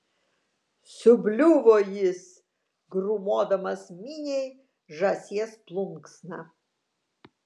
subliuvo jis grūmodamas miniai žąsies plunksna